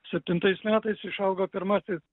septintais metais išaugo pirmasis